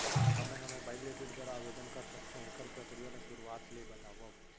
का मैं ह मोबाइल ले ऋण बर आवेदन कर सकथो, एखर प्रक्रिया ला शुरुआत ले बतावव?